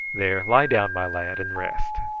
there, lie down, my lad, and rest.